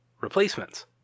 replacements